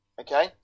Okay